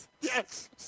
Yes